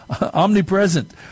omnipresent